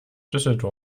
düsseldorf